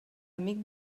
amic